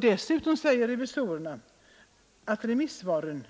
Dessutom säger revisorerna att remissvaren